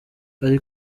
ari